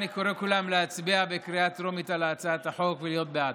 אני קורא לכולם להצביע בקריאה טרומית על הצעת החוק ולהיות בעד.